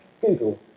Google